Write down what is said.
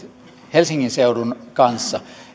helsingin seudun kanssa